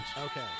Okay